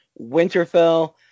Winterfell